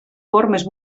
formes